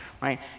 right